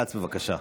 כץ, בבקשה.